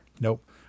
Nope